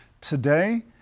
Today